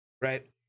right